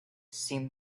seemed